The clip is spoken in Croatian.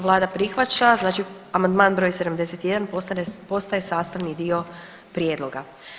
Vlada prihvaća znači amandman br. 71 postaje sastavni dio prijedloga.